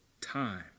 time